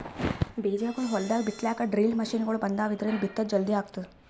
ಬೀಜಾಗೋಳ್ ಹೊಲ್ದಾಗ್ ಬಿತ್ತಲಾಕ್ ಡ್ರಿಲ್ ಮಷಿನ್ಗೊಳ್ ಬಂದಾವ್, ಇದ್ರಿಂದ್ ಬಿತ್ತದ್ ಜಲ್ದಿ ಆಗ್ತದ